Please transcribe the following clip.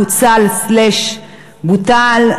פוצל/בוטל.